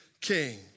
king